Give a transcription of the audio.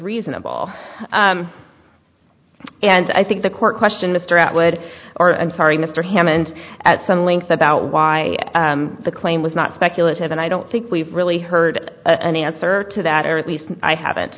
reasonable and i think the core question mr atwood i'm sorry mr hammond at some length about why the claim was not speculative and i don't think we've really heard an answer to that or at least i haven't